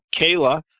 Kayla